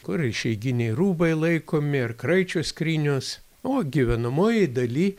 kur išeiginiai rūbai laikomi ir kraičio skrynios o gyvenamojoj daly